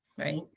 Right